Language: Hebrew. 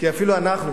כי אפילו אנחנו,